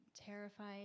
terrified